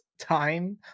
time